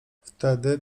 wtedy